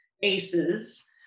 ACEs